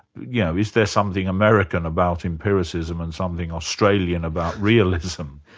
yeah is there something american about empiricism and something australian about realism?